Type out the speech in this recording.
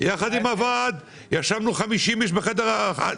ואת הוועד בחדר הישיבות.